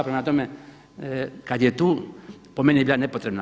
Prema tome, kad je tu, po meni je bila nepotrebna.